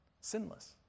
Sinless